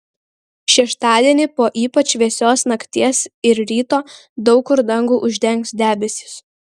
šeštadienį po ypač vėsios nakties ir ryto daug kur dangų uždengs debesys